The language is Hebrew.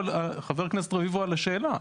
חבר הכנסת רביבו על השאלה,